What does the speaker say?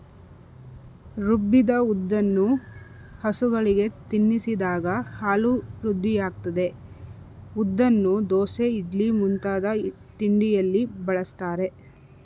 ರುಬ್ಬಿದ ಉದ್ದನ್ನು ಹಸುಗಳಿಗೆ ತಿನ್ನಿಸಿದಾಗ ಹಾಲು ವೃದ್ಧಿಯಾಗ್ತದೆ ಉದ್ದನ್ನು ದೋಸೆ ಇಡ್ಲಿ ಮುಂತಾದ ತಿಂಡಿಯಲ್ಲಿ ಬಳಸ್ತಾರೆ